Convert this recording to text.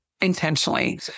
intentionally